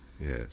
Yes